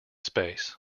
space